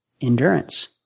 Endurance